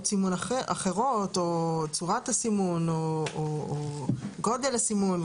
סימון אחרות או צורת הסימון או גודל הסימון,